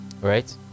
Right